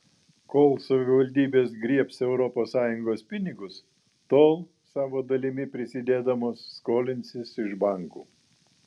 kol savivaldybės griebs europos sąjungos pinigus tol savo dalimi prisidėdamos skolinsis iš bankų